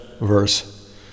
verse